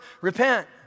repent